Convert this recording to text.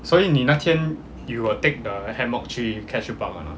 所以你那天 you will take the hammock 去 catch apartment